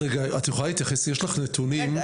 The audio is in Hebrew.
יש לך נתונים?